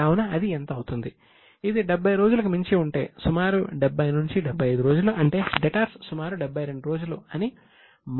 కావున అది ఎంత అవుతుంది